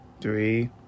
three